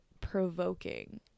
provoking